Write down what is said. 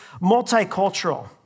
multicultural